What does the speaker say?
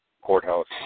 courthouse